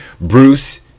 Bruce